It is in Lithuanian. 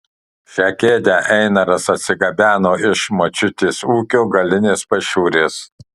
šią kėdę einaras atsigabeno iš močiutės ūkio galinės pašiūrės